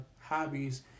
hobbies